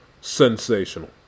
sensational